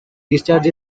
discharge